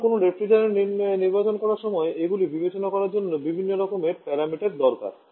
সুতরাং কোনও রেফ্রিজারেন্ট নির্বাচন করার সময় এগুলি বিবেচনা করার জন্য বিভিন্ন প্যারামিটার দরকার